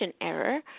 error